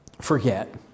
forget